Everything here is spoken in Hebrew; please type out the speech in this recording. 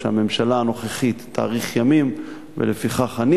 שהממשלה הנוכחית תאריך ימים ולפיכך אני